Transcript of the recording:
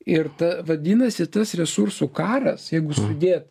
ir ta vadinasi tas resursų karas jeigu sudėt